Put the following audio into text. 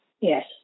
Yes